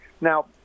Now